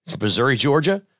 Missouri-Georgia